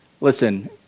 listen